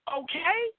okay